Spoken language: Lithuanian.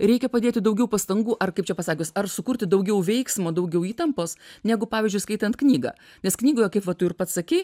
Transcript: reikia padėti daugiau pastangų ar kaip čia pasakius ar sukurti daugiau veiksmo daugiau įtampos negu pavyzdžiui skaitant knygą nes knygoje kaip va tu ir pats sakei